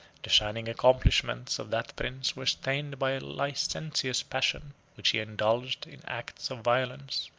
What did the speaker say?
the shining accomplishments of that prince were stained by a licentious passion, which he indulged in acts of violence,